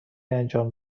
انجام